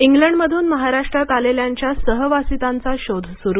England मधून महाराष्ट्रात आलेल्यांच्या सहवासितांचा शोध सुरू